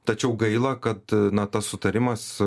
tačiau gaila kad na tas sutarimas